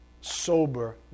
sober